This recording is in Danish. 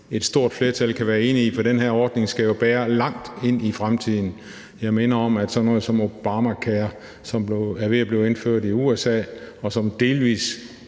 et stort flertal kan være enige om, for den her ordning skal jo bære langt ind i fremtiden. Jeg minder om, at sådan noget som Obamacare, som er ved at blive indført i USA, og som delvis